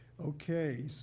Okay